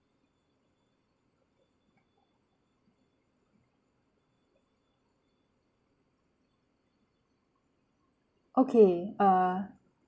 okay err